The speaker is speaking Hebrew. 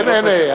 אין.